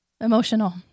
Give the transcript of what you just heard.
Emotional